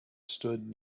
stood